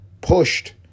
pushed